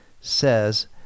says